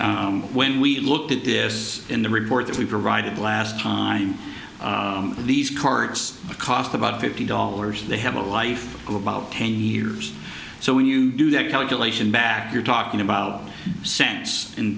fees when we looked at this in the report that we provided last time these cards cost about fifty dollars they have a life of about ten years so when you do the calculation back you're talking about cents in